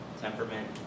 temperament